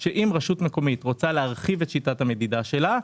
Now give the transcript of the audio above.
זה שאם רשות מקומית רוצה להרחיב את שיטת המדידה שלה,